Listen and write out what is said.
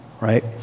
right